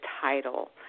title